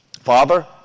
Father